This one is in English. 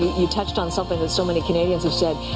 you touched on something that so many canadians have said,